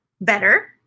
better